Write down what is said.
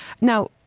Now